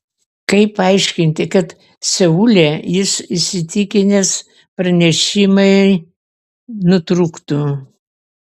kaip paaiškinti kad seule jis įsitikinęs pranešimai nutrūktų